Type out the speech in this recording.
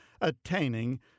attaining